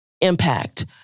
impact